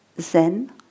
Zen